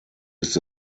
ist